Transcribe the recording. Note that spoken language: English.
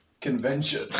Convention